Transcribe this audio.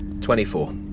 Twenty-four